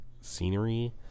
scenery